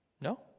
No